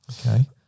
Okay